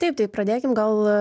taip tai pradėkim gal